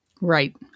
Right